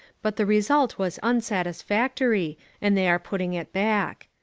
but the result was unsatisfactory and they are putting it back.